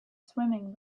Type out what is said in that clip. swimming